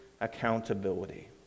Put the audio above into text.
accountability